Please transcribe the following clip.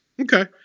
Okay